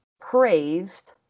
Praised